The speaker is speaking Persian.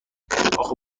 اخه